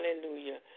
Hallelujah